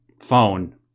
phone